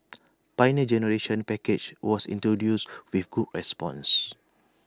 Pioneer Generation package was introduced with good response